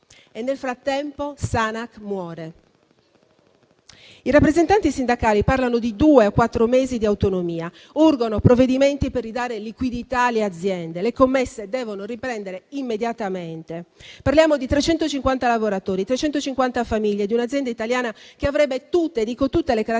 E nel frattempo Sanac muore. I rappresentanti sindacali parlano di due o quattro mesi di autonomia. Urgono provvedimenti per ridare liquidità alle aziende; le commesse devono riprendere immediatamente. Parliamo di 350 lavoratori e 350 famiglie, di un'azienda italiana che avrebbe davvero tutte le caratteristiche